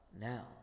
now